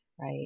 right